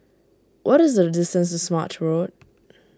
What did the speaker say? what is the distance to Smart Road